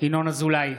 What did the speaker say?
ינון אזולאי,